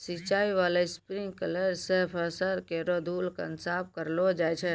सिंचाई बाला स्प्रिंकलर सें फसल केरो धूलकण साफ करलो जाय छै